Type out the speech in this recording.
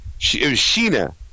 Sheena